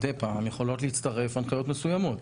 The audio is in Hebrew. מדי פעם יכולות להצטרף הנחיות מסוימות.